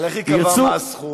איך ייקבע מה הסכום?